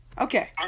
Okay